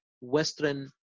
Western